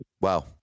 Wow